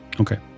Okay